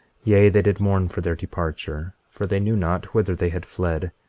yea, they did mourn for their departure, for they knew not whither they had fled.